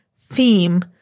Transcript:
theme